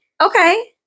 Okay